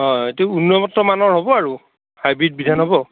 অঁ এইটো উন্নতমানৰ হ'ব আৰু হাইব্ৰীড বিধান হ'ব